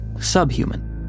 subhuman